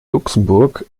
luxemburg